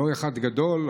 לא אחד גדול,